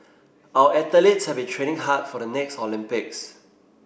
our athletes have been training hard for the next Olympics